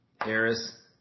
Harris